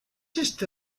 este